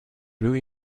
really